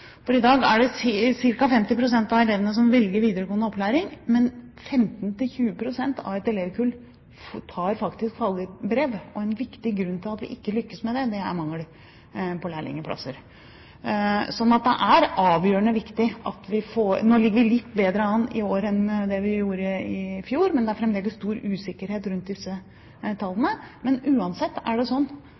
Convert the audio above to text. I dag er det ca. 50 pst. av elevene som velger videregående opplæring, men 15–20 pst. av et elevkull tar faktisk fagbrev, og en viktig grunn til at vi ikke lykkes her, er mangel på lærlingplasser. Nå ligger vi litt bedre an i år enn vi gjorde i fjor, men det er fremdeles stor usikkerhet rundt disse tallene. Men uansett er det